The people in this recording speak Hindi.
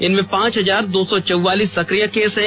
इनमें पांच हजार दो सौ चौवालीस सक्रिय केस हैं